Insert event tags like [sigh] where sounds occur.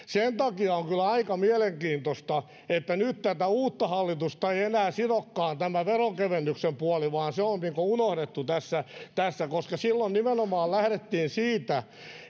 [unintelligible] sen takia on kyllä aika mielenkiintoista että nyt tätä uutta hallitusta ei enää sidokaan tämä veronkevennyksen puoli vaan se on unohdettu tässä tässä silloin nimenomaan lähdettiin siitä